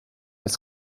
als